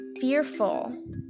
fearful